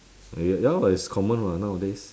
ya lor it's common [what] nowadays